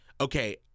okay